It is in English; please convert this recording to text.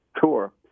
tour